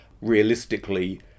realistically